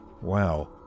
wow